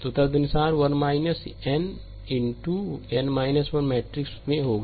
तो तदनुसार यह 1 n into n 1 matrix में होगा